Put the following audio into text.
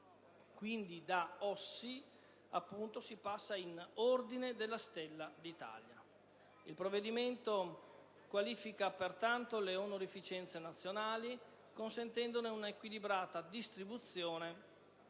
dell' OSSI in «Ordine della Stella d'Italia». Il provvedimento qualifica pertanto le onorificenze nazionali, consentendone un'equilibrata distribuzione